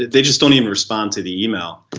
they just don't even respond to the email. but